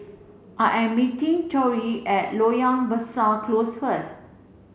I am meeting Torrey at Loyang Besar Close first